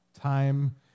time